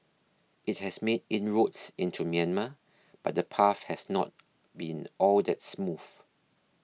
it has made inroads into Myanmar but the path has not been all that smooth